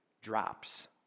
drops